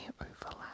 overlap